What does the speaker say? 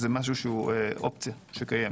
זה אופציה קיימת.